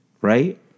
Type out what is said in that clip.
right